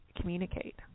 communicate